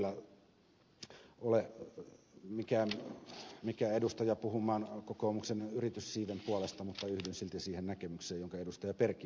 en kyllä ole mikään oikea edustaja puhumaan kokoomukseen yrityssiiven puolesta mutta yhdyn silti siihen näkemykseen jonka ed